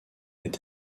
est